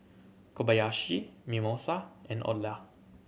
Kobayashi Mimosa and Odlo